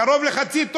קרוב לחצי טונה.